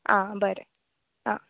आं बरें आं